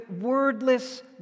wordless